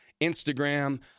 Instagram